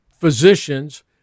physicians